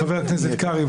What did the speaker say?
חבר הכנסת קרעי,